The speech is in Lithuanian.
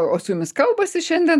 o su jumis kalbasi šiandien